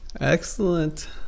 excellent